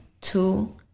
two